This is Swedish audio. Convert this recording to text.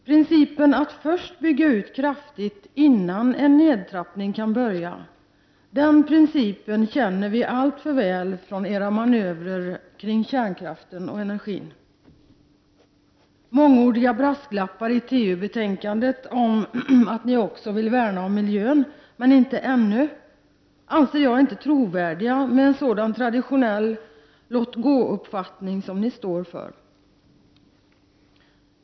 Principen att först bygga ut kraftigt innan en nedtrappning kan börja, den känner vi alltför väl från era manövrer kring kärnkraften och energin. Mångordiga brasklappar i TU-betänkandet om att ni också vill värna om miljön, men inte ännu, är inte trovärdiga med en sådan traditionell låt-gåuppfattning som ni står för.